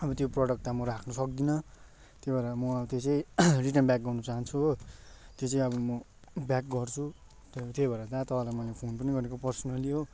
अब त्यो प्रोडक्ट म राख्नु सक्दिनँ त्यो भएर म त्यो चाहिँ रिटर्न ब्याक गर्न चाहन्छु हो त्यो चाहिँ अब म ब्याक गर्छु त त्यही भएर दा तपाईँलाई मैले फोन पनि गरेको पर्सनली हो